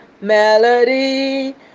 melody